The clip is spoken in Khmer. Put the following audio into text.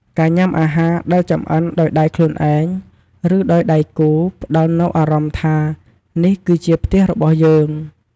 ការញ៉ាំអាហារដែលចម្អិនដោយដៃខ្លួនឯង ឬដោយដៃគូ ផ្តល់នូវអារម្មណ៍ថា "នេះគឺជាផ្ទះរបស់យើង"។